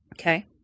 Okay